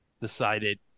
decided